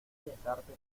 darte